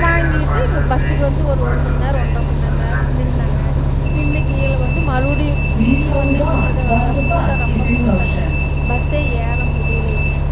வாங்கிகிட்டு இங்கே பஸ்ஸுக்கு வந்து ஒரு ஒரு மணி நேரம் ஒன்ரை மணி நேரம் நின்னோங்க நின்று கீழே வந்து மறுபடியும் இங்கேயும் வந்து நின்றது அந்த கூட்டம் ரொம்ப கூட்டம்ங்க பஸ்ஸே ஏற முடியலிங்க